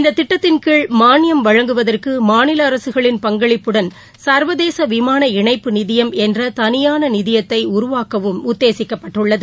இந்தத் திட்டத்தின் கீழ் மான்யம் வழங்குவதகு மாநில அரசுகளின் பங்களிப்புடன் சள்வதேச விமாள இணைப்பு நிதியம் என்ற தனியான நிதியத்தை உருவாக்கவும் உத்தேசிக்கப்பட்டுள்ளது